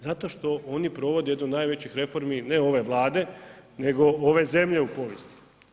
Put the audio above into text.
Zato što oni provode jednu od najvećih reformi, ne ove Vlade, nego ove zemlje u povijesti.